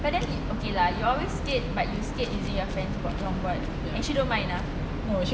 but then okay lah you always skate but you skate using your friend board and she don't mind ah